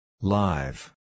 Live